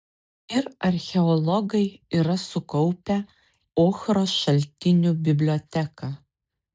ir archeologai yra sukaupę ochros šaltinių biblioteką